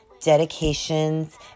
dedications